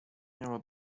miała